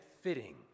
fitting